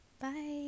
bye